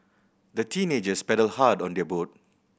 the teenagers paddled hard on their boat